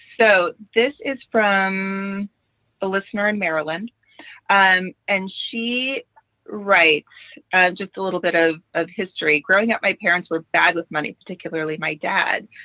so this is from a listener in maryland and and she write just a little bit of of history growing up. my parents were bad with money, particularly my dad,